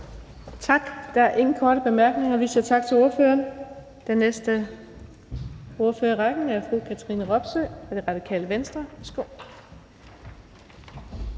Tak. Der er ingen korte bemærkninger, og vi siger tak til ordføreren. Den næste ordfører i rækken er fru Katrine Robsøe fra Radikale Venstre.